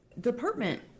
department